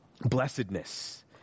Blessedness